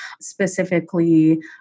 specifically